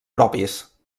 propis